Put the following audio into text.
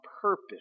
purpose